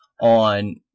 on